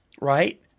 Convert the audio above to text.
right